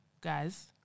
guys